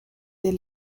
des